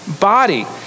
body